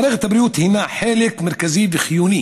מערכת הבריאות היא חלק מרכזי וחיוני